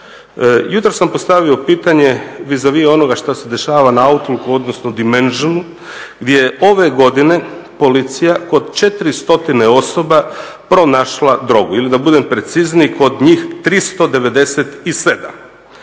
Jutros sam postavio pitanje vis a vis onoga što se dešava na Outlooku odnosno Dimensionsu gdje je ove godine Policija kod 400 osoba pronašla drogu ili da budem precizniji, kod njih 397.